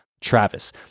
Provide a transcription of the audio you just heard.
Travis